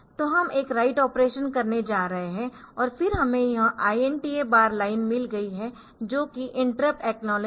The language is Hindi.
तो हम एक राइट ऑपरेशन करने जा रहे है और फिर हमें यह INTA बार लाइन मिल गई है जो कि इंटरप्ट एकनॉलेज है